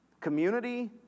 Community